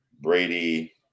Brady